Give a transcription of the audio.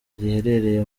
giherereye